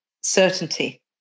certainty